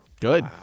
Good